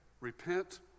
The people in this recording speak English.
repent